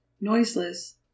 noiseless